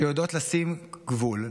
שיודעות לשים גבול,